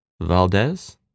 Valdez